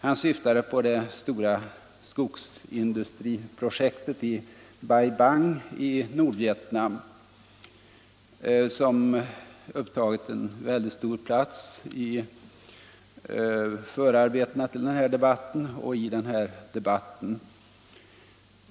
Han syftade på det stora skogsindustriprojektet i Bai Bang i Nordvietnam, som upptagit en väldigt stor plats i den dokumentariska polemiken före den här debatten och även nu under själva debatten.